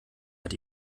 hat